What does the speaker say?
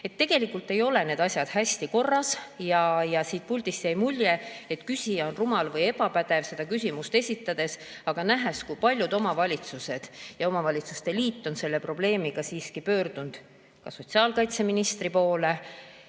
Tegelikult ei ole need asjad hästi korras. Siit puldist jäi mulje, et küsija on rumal või ebapädev seda küsimust esitades, aga nähes, et paljud omavalitsused ja omavalitsuste liit on selle probleemiga pöördunud ka sotsiaalkaitseministri poole,